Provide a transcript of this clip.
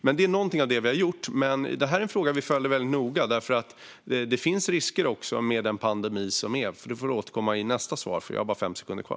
Detta är någonting av det vi har gjort. Men det här är en fråga som vi följer väldigt noga, för det finns också risker med den pandemi som pågår. Det får jag återkomma till i nästa inlägg.